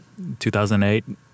2008